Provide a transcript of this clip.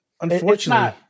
Unfortunately